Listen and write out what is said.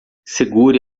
segure